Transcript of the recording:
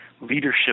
leadership